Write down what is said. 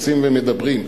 "עושים ומדברים".